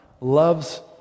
Loves